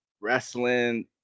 wrestling